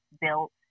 built